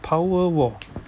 power wall